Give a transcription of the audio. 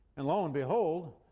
and, lo and behold,